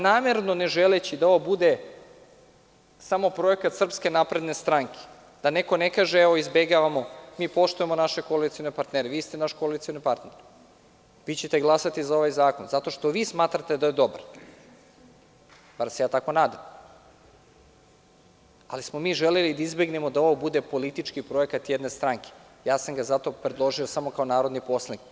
Namerno sam, ne želeći da ovo bude samo projekat SNS, da neko ne kaže evo izbegavamo, mi poštujemo naše koalicione partnere, vi ste naš koalicioni partner, vi ćete glasati za ovaj zakon zato što vi smatrate da je dobar, bar se ja tako nadam, ali smo mi želeli da izbegnemo da ovo bude politički projekat jedne stranke, predložio kao narodni poslanik.